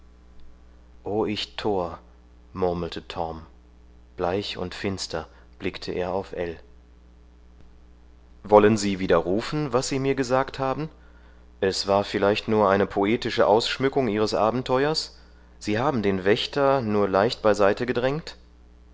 o ich tor murmelte torm bleich und finster blickte er auf ell wollen sie widerrufen was sie mir gesagt haben es war vielleicht nur eine poetische ausschmückung ihres abenteuers sie haben den wächter nur leicht beiseite gedrängt